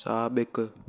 साबिक़ु